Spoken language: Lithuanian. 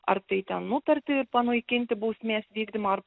ar tai ten nutartį ir panaikinti bausmės vykdymą ar